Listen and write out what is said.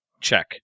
Check